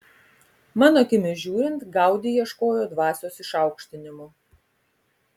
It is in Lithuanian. mano akimis žiūrint gaudi ieškojo dvasios išaukštinimo